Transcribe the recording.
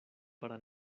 para